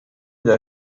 der